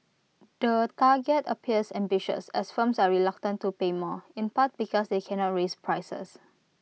the target appears ambitious as firms are reluctant to pay more in part because they cannot raise prices